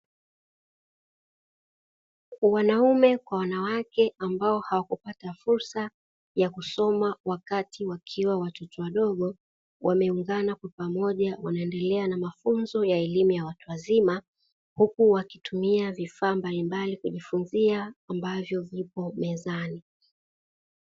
Wanaume kwa wanawake ambao hawakupata fursa ya kusoma wakati wakiwa watoto wadogo wameungana kwa pamoja wanaendelea na mafunzo ya elimu ya watu wazima, huku wakitumia vifaa mbalimbali kujifunzia ambavyo vipo mezani.